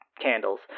candles